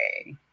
okay